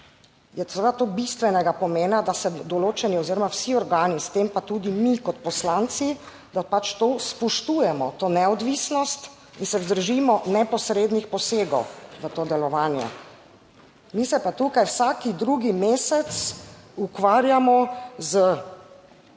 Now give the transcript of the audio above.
to bistvenega pomena, da se določeni oziroma vsi organi s tem pa tudi mi kot poslanci, da pač to spoštujemo to neodvisnost in se vzdržimo neposrednih posegov v to delovanje. Mi se pa tukaj vsak drugi mesec ukvarjamo z nekimi